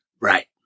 Right